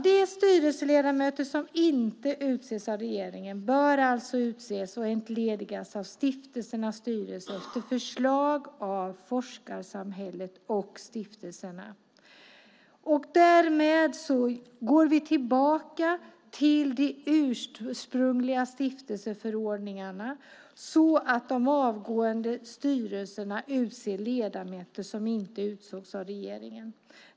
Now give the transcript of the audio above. De styrelseledamöter som inte utses av regeringen bör alltså utses och entledigas av stiftelsernas styrelser efter förslag av forskarsamhället och stiftelserna. Därmed går vi tillbaka till de ursprungliga stiftelseförordningarna så att de avgående styrelserna utser ledamöter som inte utses av regeringen.